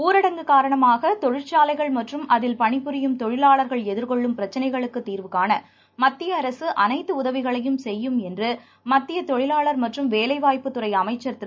ஊரடங்கு காரணமாக தொழிற்சாலைகள் மற்றும் அதில் பணிபுரியும் தொழிலாளர்கள் எதிர்கொள்ளும் பிரச்சிளைகளுக்கு தீர்வுகாண மத்திய அரசு அளைத்து உதவிகளையும் செய்யும் என்று மத்திய தொழிலாளர் மற்றும் வேலைவாய்ப்புத்துறை அமைச்சர் திரு